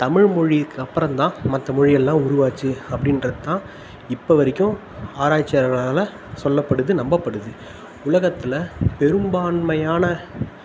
தமிழ் மொழிக்கு அப்புறந்தான் மற்ற மொழியெல்லாம் உருவாச்சு அப்படின்றத்தான் இப்போ வரைக்கும் ஆராய்ச்சியாளர்களால் சொல்லப்படுது நம்பப்படுது உலகத்தில் பெரும்பான்மையான